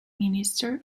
minister